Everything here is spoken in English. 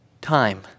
time